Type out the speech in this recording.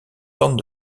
tente